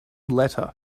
letter